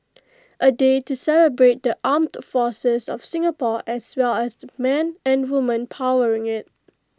A day to celebrate the armed forces of Singapore as well as the men and women powering IT